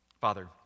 Father